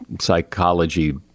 psychology